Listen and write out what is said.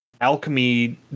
alchemy